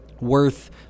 worth